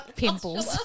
pimples